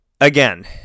again